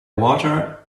water